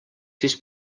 sis